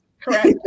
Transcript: correct